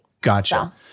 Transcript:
Gotcha